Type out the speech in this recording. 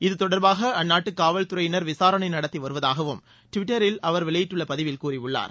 இது தொடர்பாக அந்நாட்டு காவல் துறையினர் விசாரணை நடத்தி வருவதாகவும் டுவிட்டரில் அவர் வெளியிட்டுள்ள பதிவில் கூறியுள்ளார்